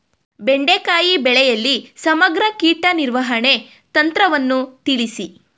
ಬೆಂಡೆಕಾಯಿ ಬೆಳೆಯಲ್ಲಿ ಸಮಗ್ರ ಕೀಟ ನಿರ್ವಹಣೆ ತಂತ್ರವನ್ನು ತಿಳಿಸಿ?